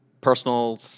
personal